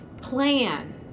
plan